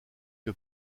que